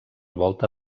volta